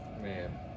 man